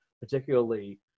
particularly